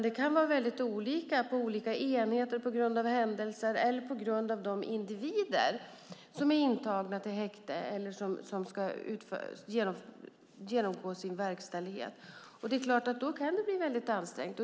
Det kan vara väldigt olika på olika enheter på grund av händelser eller på grund av de individer som är intagna i häkte eller ska genomgå verkställighet. Då kan det förstås bli väldigt ansträngt.